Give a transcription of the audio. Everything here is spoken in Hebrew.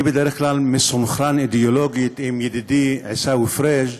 אני בדרך כלל מסונכרן אידיאולוגית עם ידידי עיסאווי פריג',